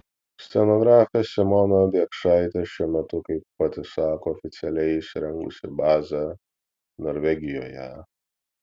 scenografė simona biekšaitė šiuo metu kaip pati sako oficialiai įsirengusi bazę norvegijoje